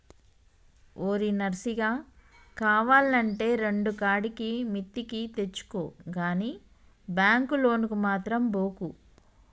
ఓరి నర్సిగా, కావాల్నంటే రెండుకాడికి మిత్తికి తెచ్చుకో గని బాంకు లోనుకు మాత్రం బోకు